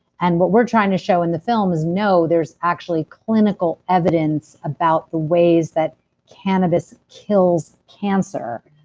and what we're trying to show in the film is no, there's actually clinical evidence about the ways that cannabis kills cancer.